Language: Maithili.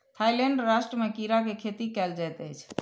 थाईलैंड राष्ट्र में कीड़ा के खेती कयल जाइत अछि